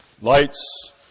lights